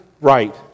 right